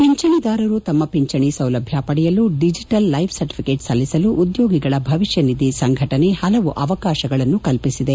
ಪಿಂಚಣಿದಾರರು ತಮ್ನ ಪಿಂಚಣಿ ಸೌಲಭ್ಯ ಪಡೆಯಲು ಡಿಜೆಟಲ್ ಲೈಫ್ ಸರ್ಟಿಫಿಕೇಟ್ ಸಲ್ಲಿಸಲು ಉದ್ದೋಗಿಗಳ ಭವಿಷ್ಣನಿಧಿ ಸಂಘಟನೆ ಇಪಿಎಫ್ಓ ಹಲವು ಅವಕಾಶಗಳನ್ನು ಕಲ್ಪಿಸಿದೆ